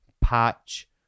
patch